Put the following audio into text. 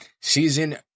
Season